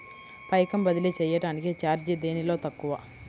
పైకం బదిలీ చెయ్యటానికి చార్జీ దేనిలో తక్కువ?